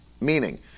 meaning